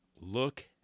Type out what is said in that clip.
Look